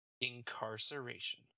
Incarceration